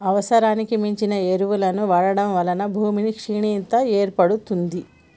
అవసరానికి మించి ఎరువులను వాడటం వలన భూమి క్షీణత ఏర్పడుతుంది